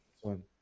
one